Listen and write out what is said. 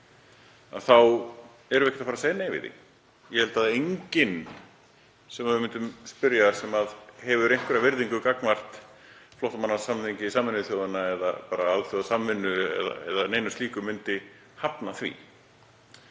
þá erum við ekkert að fara að segja nei við því. Ég held að enginn sem við myndum spyrja, sem ber einhverja virðingu fyrir flóttamannasamningi Sameinuðu þjóðanna eða alþjóðasamvinnu eða slíku, myndi hafna því.